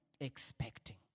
expecting